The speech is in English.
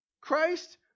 Christ